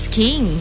king